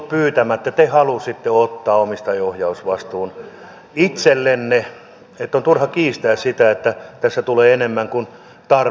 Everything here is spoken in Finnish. te halusitte ottaa omistajaohjausvastuun itsellenne niin että on turha kiistää sitä että tässä tulee enemmän kuin tarpeeksi